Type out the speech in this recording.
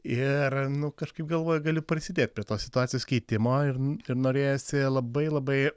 ir nu kažkaip galvoju galiu prisidėt prie tos situacijos keitimo ir ir norėjosi labai labai